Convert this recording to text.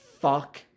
Fuck